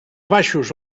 baixos